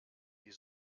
die